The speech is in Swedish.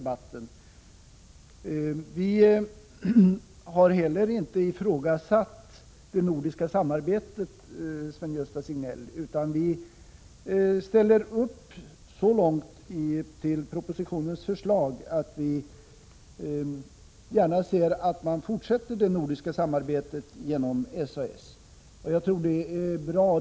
Vi har heller inte ifrågasatt det nordiska samarbetet, Sven-Gösta Signell, utan vi ställer oss bakom propositionens förslag så långt att vi gärna ser att man fortsätter det nordiska samarbetet genom SAS. Jag tror att det samarbetet är bra.